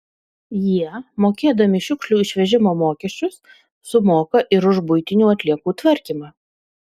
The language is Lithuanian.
jie mokėdami šiukšlių išvežimo mokesčius sumoka ir už buitinių atliekų tvarkymą